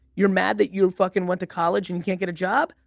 you're mad that you fucking went to college and can't get a job?